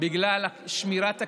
בגלל שמירת הכללים,